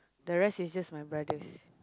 the rest is just my brothers